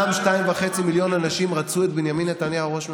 אותם 2.5 מיליון אנשים רצו את בנימין נתניהו ראש ממשלה.